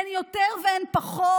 אין יותר ואין פחות,